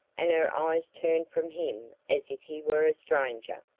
and her eyes turn from him as if he were a stranger.